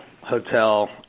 hotel